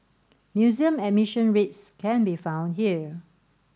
museum admission rates can be found here